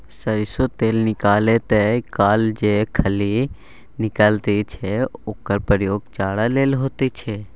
सरिसों तेल निकालैत काल जे खली निकलैत छै ओकर प्रयोग चारा लेल होइत छै